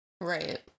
right